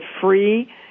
free